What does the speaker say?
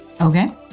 Okay